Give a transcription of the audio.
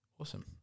awesome